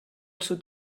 sud